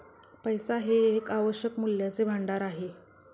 पैसा हे एक आवश्यक मूल्याचे भांडार आहे